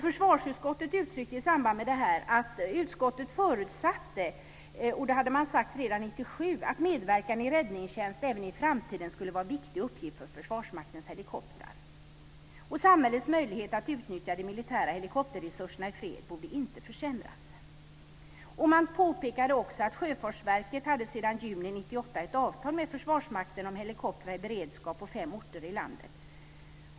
Försvarsutskottet uttryckte i samband med detta att utskottet förutsatte - och det hade man sagt redan 1997 - att medverkan i räddningstjänst även i framtiden skulle vara en viktig uppgift för Försvarsmaktens helikoptrar och att samhällets möjlighet att utnyttja de militära helikopterresurserna i fred inte borde försämras. Man påpekade också att Sjöfartsverket sedan juni 1998 hade ett avtal med Försvarsmakten om helikoptrar i beredskap på fem orter i landet.